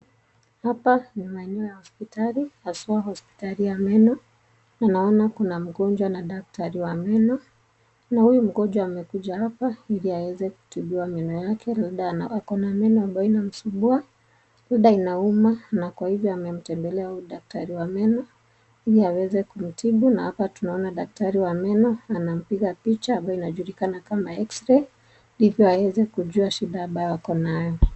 Hapa ni maeneo ya hosipitali haswa hosipitali ya meno, na naona kuna mgonjwa na daktari wa meno, na huyu mgonjwa amekuja hapa ili aeze kutibiwa meno yake labda ako na meno ambayo inamsumbua, labda inauma, na kwa hivyo amemtembelea huyu daktari wa meno ili aweze kumtibu, na hapa tunaona daktari wa meno anampiga picha ambayo inajulikana kama X-ray ndivyo aweze kujua shida ambayo ako nayo.